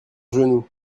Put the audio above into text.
genou